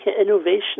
innovation